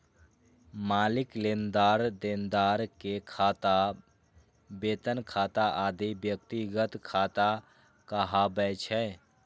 मालिक, लेनदार, देनदार के खाता, वेतन खाता आदि व्यक्तिगत खाता कहाबै छै